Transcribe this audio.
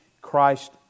Christ